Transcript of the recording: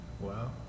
wow